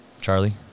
Charlie